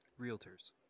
realtors